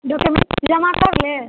document जमा कर लें